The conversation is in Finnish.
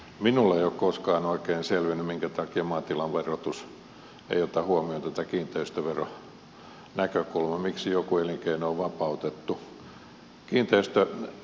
minulle ei ole koskaan oikein selvinnyt minkä takia maatilan verotus ei ota huomioon tätä kiinteistöveronäkökulmaa miksi joku elinkeino on vapautettu